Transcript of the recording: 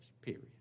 Period